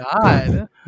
god